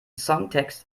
songtext